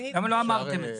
למה לא אמרתם את זה?